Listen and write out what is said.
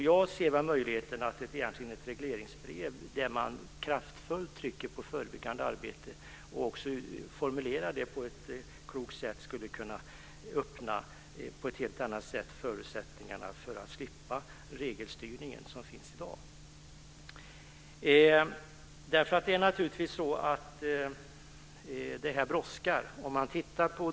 Jag ser möjligheten att ett regleringsbrev, där man kraftfullt trycker på förebyggande arbete och formulerar det på ett klokt sätt, skulle kunna öppna förutsättningar för att slippa den regelstyrning som finns i dag på ett helt annat sätt. Det här brådskar.